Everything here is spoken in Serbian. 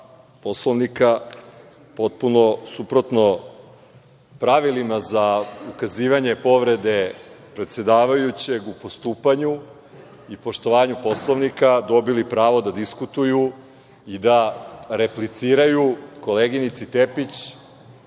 poslanika potpuno suprotno pravilima za ukazivanje povrede predsedavajućeg u postupanju i poštovanju Poslovnika dobili pravo da diskutuju i da repliciraju koleginici Tepić